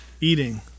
eating